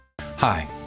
Hi